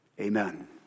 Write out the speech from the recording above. amen